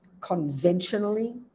conventionally